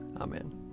Amen